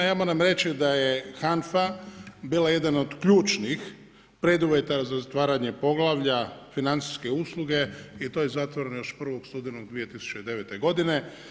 Ja moram reći da je HANFA bila jedan od ključnih preduvjeta za otvaranje poglavlja financijske usluge i to je zapravo još 1. studenog 2009. godine.